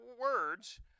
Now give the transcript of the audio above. words